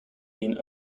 been